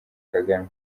kagame